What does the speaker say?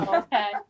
okay